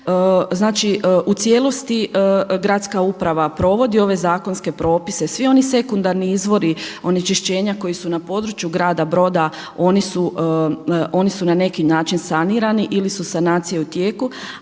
Znači u cijelosti gradska uprava provodi ove zakonske propise, svi oni sekundarni izvori onečišćenja koji su na području grada Broda oni su na neki način sanirani ili su sanacije u tijeku.